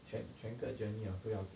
全全个 journey uh 都要